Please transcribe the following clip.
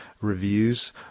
reviews